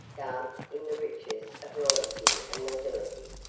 garbed in the riches of royalty and nobility.